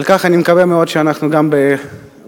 אני מקווה מאוד שנטפל בכך בהקדם,